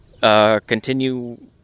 Continue